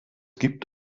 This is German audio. gibt